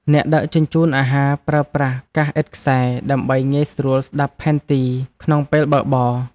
អ្នកដឹកជញ្ជូនអាហារប្រើប្រាស់កាសឥតខ្សែ ដើម្បីងាយស្រួលស្ដាប់ផែនទីក្នុងពេលបើកបរ។